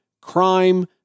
crime